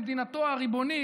במדינתו הריבונית,